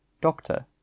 Doctor